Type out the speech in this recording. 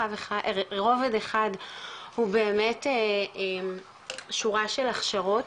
רובד אחד הוא באמת שורה של הכשרות,